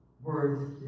worth